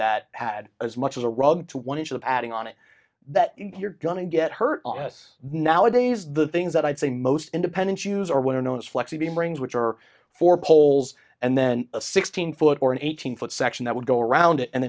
that had as much as a rug to one inch of adding on it that you're going to get hurt on us now a days the things that i'd say most independent user were known as flexi brains which are for poles and then a sixteen foot or an eighteen foot section that would go around it and